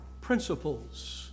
principles